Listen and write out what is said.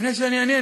לפני שאני אענה,